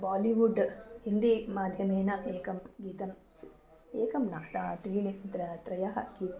बालिवुड् हिन्दी माध्यमेन एकं गीतं सु एकं न दा त्रीणि त्र त्रयः गीतं